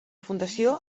fundació